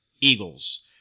eagles